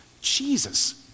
Jesus